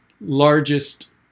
largest